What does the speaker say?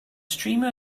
streamer